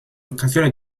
occasione